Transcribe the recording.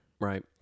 Right